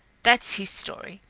that's his story.